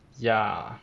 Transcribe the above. ya